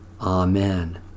Amen